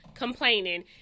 complaining